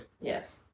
Yes